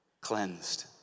Cleansed